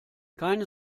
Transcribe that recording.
keine